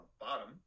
bottom